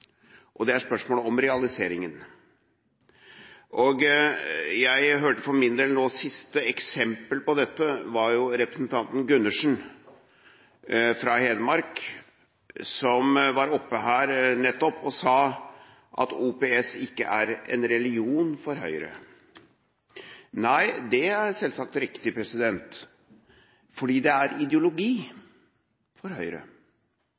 politisk skille i spørsmålet om realiseringen. Jeg for min del hørte nå et siste eksempel på dette. Det var representanten Gundersen, fra Hedmark, som var oppe her og sa at OPS ikke er en religion for Høyre. Nei, det er selvsagt riktig, for det er ideologi for Høyre.